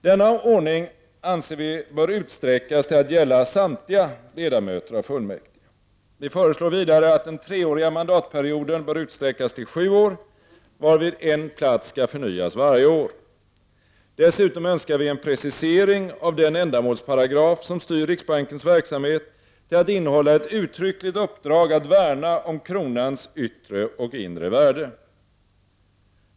Denna ordning anser vi bör utsträckas till att gälla samtliga ledamöter av fullmäktige. Vi föreslår vidare att den treåriga mandatperioden bör utsträckas till sju år, varvid en plats skall förnyas varje år. Dessutom önskar vi en precisering av den ändamålsparagraf som styr riksbankens verksamhet till att innehålla ett uttryckligt uppdrag att värna om kronans yttre och inre värde.